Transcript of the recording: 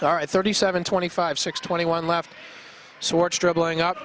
at thirty seven twenty five six twenty one left sort struggling up